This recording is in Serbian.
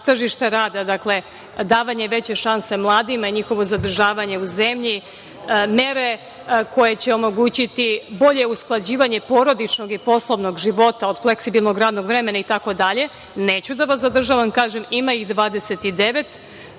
tržište rada, dakle, davanje veće šanse mladima i njihovo zadržavanje u zemlji mere koje će omogućiti bolje usklađivanje porodičnog i poslovnog života od fleksibilnog radnog vremena i tako dalje, neću da vas zadržavam, kažem vam, ima ih 29.